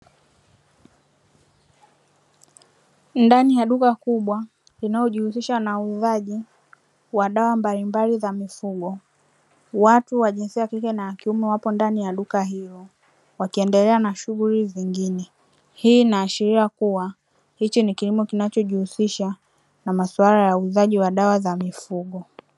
Ndani ya duka kubwa linalojihusisha na uuzaji wa dawa mbalimbali za mifugo, watu wa jinsia ya kike na kiume wapo ndani ya duka hilo, wakiendelea na shughuli zingine, hii inaashilia kuwa hichi ni kilimo kinachojihusisha na maswala ya uuzaji wa dawa za mifugo.